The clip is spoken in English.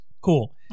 Cool